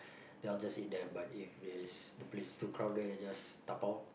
then I'll just eat the but if is the place is too crowded then just dabao lor